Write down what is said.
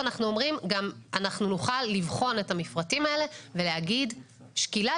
אנחנו אומרים שנוכל לבחון את המפרטים האלה ולהגיד שקילת